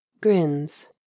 Grins